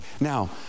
Now